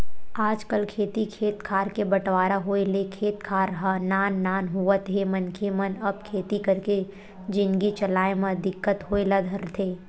आजकल खेती खेत खार के बंटवारा होय ले खेत खार ह नान नान होवत हे मनखे मन अब खेती करके जिनगी चलाय म दिक्कत होय ल धरथे